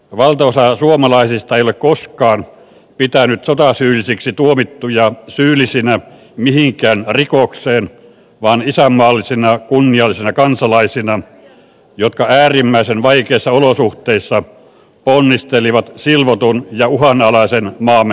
valtaosa suomalaisista ei ole koskaan pitänyt sotasyyllisiksi tuomittuja syyllisinä mihinkään rikokseen vaan isänmaallisina kunniallisina kansalaisina jotka äärimmäisen vaikeissa olosuhteissa ponnistelivat silvotun ja uhanalaisen maamme hyväksi